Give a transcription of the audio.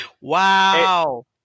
Wow